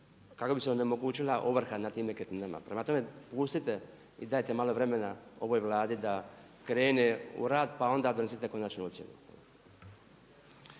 kako bi se onemogućila ovrha nad tim nekretninama. Prema tome, pustite i dajte malo vremena ovoj Vladi da krene u rad pa onda donesite konačnu ocjenu.